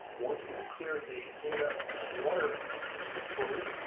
once we've cleared the inlet water flow,